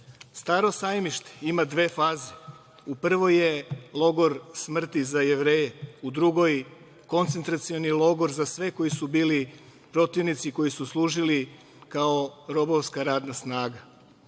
Staro Sajmište ima dve faze, u prvoj je logor smrti za Jevreje, u drugoj, koncentracioni logor za sve koji su bili protivnici koji su služili kao robovska radna snaga. Tamo